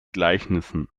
gleichnissen